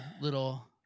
little